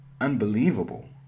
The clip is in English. unbelievable